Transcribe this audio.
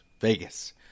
Vegas